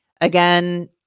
Again